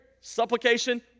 supplication